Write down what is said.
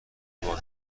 باز